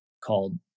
called